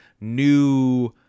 new